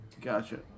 gotcha